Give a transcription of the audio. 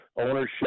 ownership